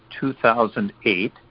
2008